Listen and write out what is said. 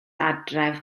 adref